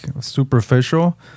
superficial